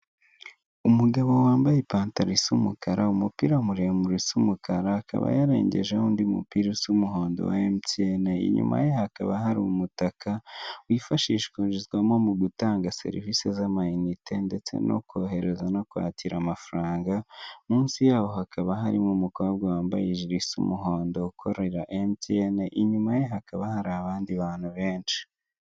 Umugabo wambaye ipantaro isa umukara, umupira muremure usa umukara. Akaba yarengejeho undi mupira usa umuhondo wa Emutiyene inyuma ye. Hakaba hari umutaka wifashishwa kwijizwamo mu gutanga serivisi za mainnite, ndetse no kohereza no kwakirara amafaranga munsi yaho. Hakaba harimo umukobwa wambaye ijiri isa umuhondo ukorera Emutiyene inyuma, hakaba hari abandi bantu benshi.